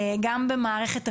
גם במערכת החינוך.